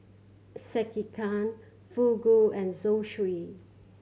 Sekihan Fugu and Zosui